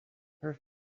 perfect